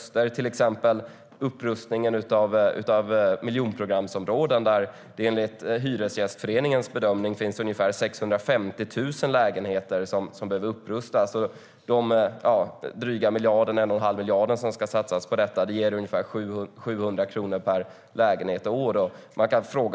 Det gäller till exempel upprustningen av miljonprogramsområden. Enligt Hyresgästföreningens bedömning finns det ungefär 650 000 lägenheter som behöver rustas upp. De dryga 1 1⁄2 miljarder som ska satsas på detta ger ungefär 700 kronor per lägenhet och år.